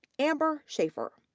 amber shaffer.